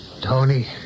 Tony